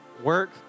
work